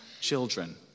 children